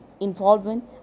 involvement